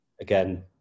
again